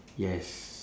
yes